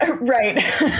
Right